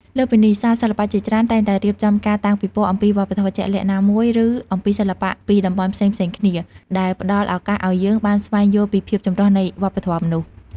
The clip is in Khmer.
លើសពីនេះ សាលសិល្បៈជាច្រើនតែងតែរៀបចំការតាំងពិពណ៌អំពីវប្បធម៌ជាក់លាក់ណាមួយ ឬអំពីសិល្បៈពីតំបន់ផ្សេងៗគ្នា ដែលផ្តល់ឱកាសឲ្យយើងបានស្វែងយល់ពីភាពចម្រុះនៃវប្បធម៌មនុស្ស។